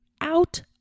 Out